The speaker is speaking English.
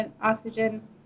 oxygen